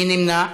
מי נמנע?